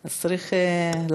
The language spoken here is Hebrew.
אז צריך להזכיר.